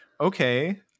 okay